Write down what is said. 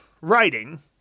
writing